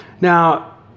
Now